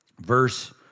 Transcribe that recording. verse